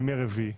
מימי רביעי.